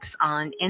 on